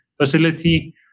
facility